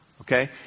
Okay